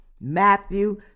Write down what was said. Matthew